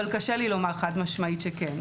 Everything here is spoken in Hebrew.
אבל קשה לי לומר חד משמעית שכן.